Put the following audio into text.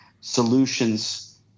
solutions